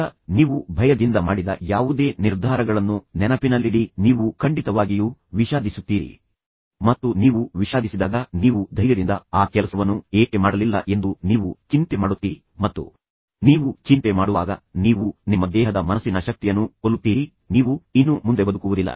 ಈಗ ನೀವು ಭಯದಿಂದ ಮಾಡಿದ ಯಾವುದೇ ನಿರ್ಧಾರಗಳನ್ನು ನೆನಪಿನಲ್ಲಿಡಿ ನೀವು ಖಂಡಿತವಾಗಿಯೂ ವಿಷಾದಿಸುತ್ತೀರಿ ಮತ್ತು ನೀವು ವಿಷಾದಿಸಿದಾಗ ನೀವು ಧೈರ್ಯದಿಂದ ಆ ಕೆಲಸವನ್ನು ಏಕೆ ಮಾಡಲಿಲ್ಲ ಎಂದು ನೀವು ಚಿಂತೆ ಮಾಡುತ್ತೀರಿ ಮತ್ತು ನೀವು ಚಿಂತೆ ಮಾಡುವಾಗ ನೀವು ನಿಮ್ಮ ದೇಹದ ಮನಸ್ಸಿನ ಶಕ್ತಿಯನ್ನು ಕೊಲ್ಲುತ್ತೀರಿ ನೀವು ಇನ್ನು ಮುಂದೆ ಬದುಕುವುದಿಲ್ಲ